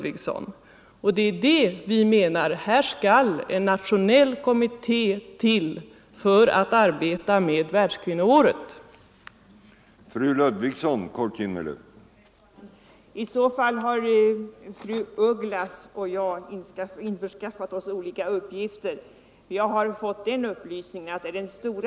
Vi menar att det behövs en nationell kommitté för att arbeta med FN:s internationella kvinnoår.